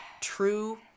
true